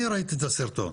אני ראיתי את הסרטון.